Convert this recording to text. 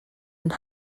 and